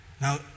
Now